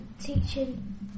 teaching